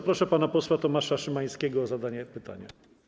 Proszę pana posła Tomasza Szymańskiego o zadanie pytania.